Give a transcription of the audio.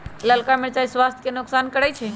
ललका मिरचाइ स्वास्थ्य के नोकसान करै छइ